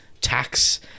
tax